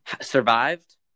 survived